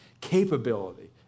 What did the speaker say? capability